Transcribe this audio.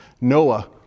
Noah